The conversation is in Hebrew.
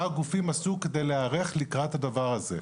מה הגופים עשו כדי להיערך לקראת הדבר הזה.